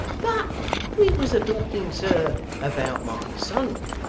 but we was a-talking, sir, about my son